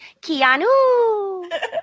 Keanu